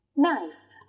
knife